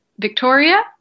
Victoria